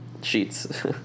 sheets